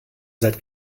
seit